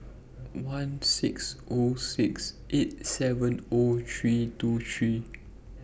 one six O six eight seven O three two three